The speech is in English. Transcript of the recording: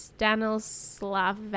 Stanislav